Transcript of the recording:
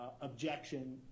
objection